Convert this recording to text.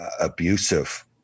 Abusive